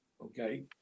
okay